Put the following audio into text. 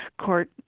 court